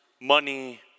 Money